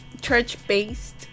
church-based